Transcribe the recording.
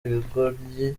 ibigoryi